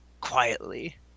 quietly